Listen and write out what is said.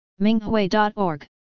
Minghui.org